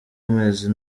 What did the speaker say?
amezi